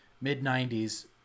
Mid-90s